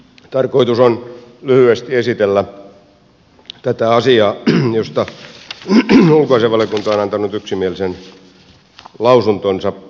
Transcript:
tarkoitus on lyhyesti esitellä tätä asiaa josta ulkoasiainvaliokunta on antanut yksimielisen lausuntonsa